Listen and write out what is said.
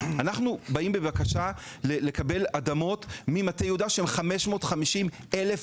אנחנו באים בבקשה לקבל אדמות ממטה יהודה שהם 550,000 דונם,